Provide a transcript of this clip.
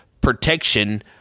protection